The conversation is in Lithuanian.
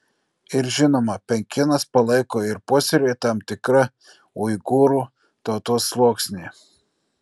ir žinoma pekinas palaiko ir puoselėja tam tikrą uigūrų tautos sluoksnį